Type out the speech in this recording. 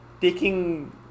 taking